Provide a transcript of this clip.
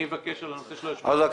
אני מבקש על הנושא של --- אוקיי,